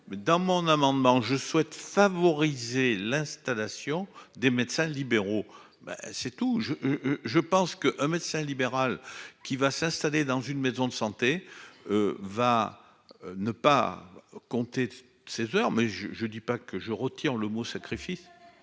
dans mon amendement je souhaite favoriser l'installation des médecins libéraux. Ben c'est tout je je pense que un médecin libéral qui va s'installer dans une maison de santé. Va ne pas compter ses heures. Mais je, je ne dis pas que je retire le mot sacrifice,